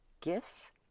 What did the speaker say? gifts